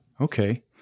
Okay